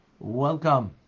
Welcome